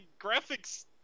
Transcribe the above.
graphics